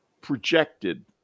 projected